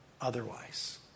otherwise